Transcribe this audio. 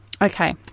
okay